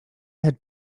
had